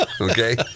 Okay